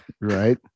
right